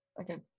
Okay